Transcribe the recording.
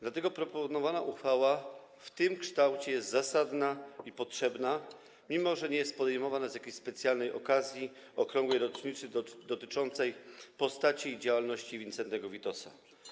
Dlatego proponowana uchwała w tym kształcie jest zasadna i potrzebna, mimo że nie jest podejmowana z jakiejś specjalnej okazji, okrągłej rocznicy dotyczącej postaci i działalności Wincentego Witosa.